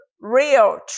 real